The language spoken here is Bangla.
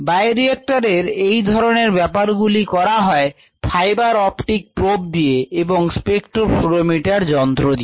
বায়োরিক্টর এই ধরনের ব্যাপারগুলি করা হয় ফাইবার অপটিক প্রোব দিয়ে এবং স্পেকট্রোফ্লুরোমিটার যন্ত্র দিয়ে